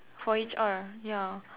for H_R ya